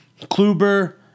Kluber